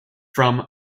from